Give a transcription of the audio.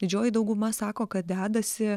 didžioji dauguma sako kad dedasi